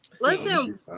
Listen